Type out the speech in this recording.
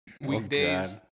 Weekdays